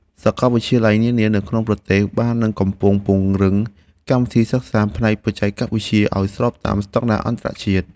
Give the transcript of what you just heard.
សាកលវិទ្យាល័យនានានៅក្នុងប្រទេសបាននឹងកំពុងពង្រឹងកម្មវិធីសិក្សាផ្នែកបច្ចេកវិទ្យាឱ្យស្របតាមស្តង់ដារអន្តរជាតិ។